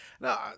Now